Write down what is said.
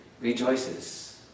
rejoices